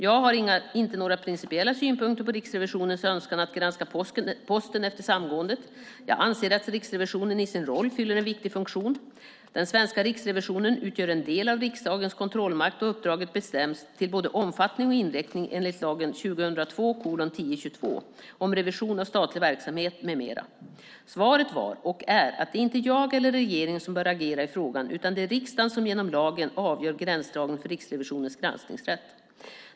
Jag har inte några principiella synpunkter på Riksrevisionens önskan att granska Posten efter samgåendet. Jag anser att Riksrevisionen i sin roll fyller en viktig funktion. Den svenska Riksrevisionen utgör en del av riksdagens kontrollmakt, och uppdraget bestäms till både omfattning och inriktning enligt lagen om revision av statlig verksamhet m.m. Svaret var, och är, att det inte är jag eller regeringen som bör agera i frågan, utan det är riksdagen som genom lagen avgör gränsdragningen för Riksrevisionens granskningsrätt.